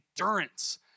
endurance